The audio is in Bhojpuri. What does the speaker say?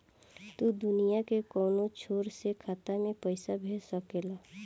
तू दुनिया के कौनो छोर से खाता में पईसा भेज सकेल